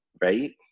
right